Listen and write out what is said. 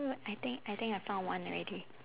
I think I think I found one already